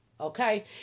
Okay